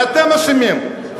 ואתם אשמים,